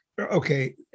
okay